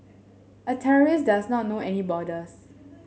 a terrorist does not know any borders